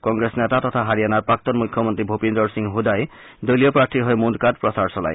কংগ্ৰেছ নেতা তথা হাৰিয়ানাৰ প্ৰাক্তন মুখ্যমন্ত্ৰী ভূপিন্দৰ সিং হুদাই দলীয় প্ৰাৰ্থীৰ হৈ মুণ্ডকাত প্ৰচাৰ চলায়